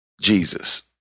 Jesus